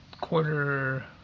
quarter